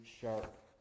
sharp